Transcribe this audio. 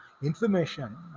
information